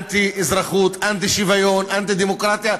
אנטי-אזרחות, אנטי-שוויון, אנטי-דמוקרטיה.